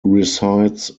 resides